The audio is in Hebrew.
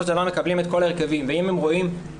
של דבר מקבלים את כל ההרכבים ואם הם רואים שלא